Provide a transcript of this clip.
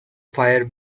fire